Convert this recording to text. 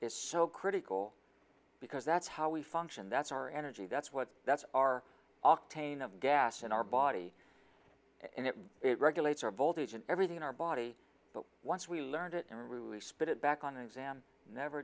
is so critical because that's how we function that's our energy that's what that's our octane of gas in our body and it regulates our voltage and everything in our body but once we learned it and we were spit back on an exam never